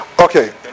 Okay